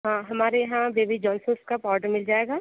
हाँ हमारे यहाँ बेबी जॉनसन का पाउडर मिल जाएगा